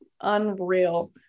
unreal